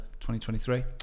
2023